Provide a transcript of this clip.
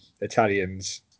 Italians